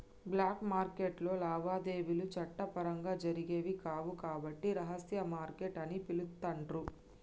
black మార్కెట్టులో లావాదేవీలు చట్టపరంగా జరిగేవి కావు కాబట్టి రహస్య మార్కెట్ అని పిలుత్తాండ్రు